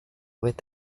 with